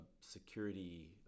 security